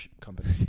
Company